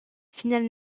finale